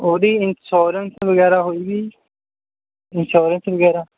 ਉਹਦੀ ਇੰਸ਼ੋਰੈਂਸ ਵਗੈਰਾ ਹੋਈ ਵੀ ਹੈ ਜੀ ਇੰਸ਼ੋਰੈਂਸ ਵਗੈਰਾ